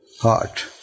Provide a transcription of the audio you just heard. heart